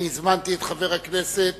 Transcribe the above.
אני הזמנתי את חבר הכנסת